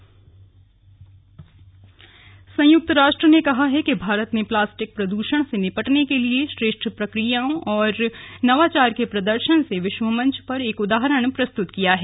श्रेष्ठ प्रदर्शन संयुक्त राष्ट्र ने कहा है कि भारत ने प्लास्टिक प्रदर्शण से निपटने के लिए श्रेष्ड प्रक्रियाओं और नवाचार के प्रदर्शन से विश्व मंच पर एक उदाहरण प्रस्तुत किया है